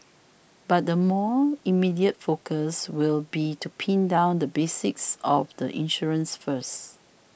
but the more immediate focus will be to pin down the basics of the insurance first